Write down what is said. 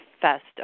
fest